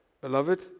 beloved